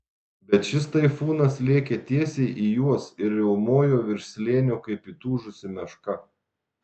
bet šis taifūnas lėkė tiesiai į juos ir riaumojo virš slėnio kaip įtūžusi meška